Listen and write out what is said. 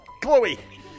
Chloe